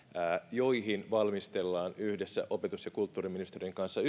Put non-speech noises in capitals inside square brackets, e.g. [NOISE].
joihin valmistellaan yhdessä opetus ja kulttuuriministeriön kanssa [UNINTELLIGIBLE]